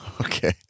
okay